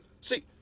See